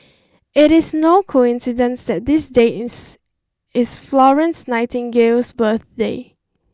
it is no coincidence that this date is is Florence Nightingale's birthday